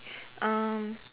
um